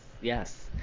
yes